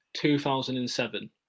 2007